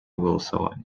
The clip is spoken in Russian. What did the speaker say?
голосования